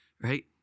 right